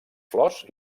flors